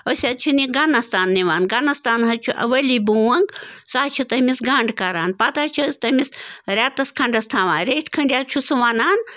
أسۍ حظ چھِن یہِ گنٛنَس تان نِوان گنٛنَس تان حظ چھُ ؤلی بونٛگ سُہ حظ چھِ تٔمِس گَنٛڈ کران پَتہٕ حظ چھِ أسۍ تٔمِس رٮ۪تَس کھَنٛڈَس تھاوان رٮ۪تھۍ کھٔنٛڈۍ حظ چھِ سُہ وَنان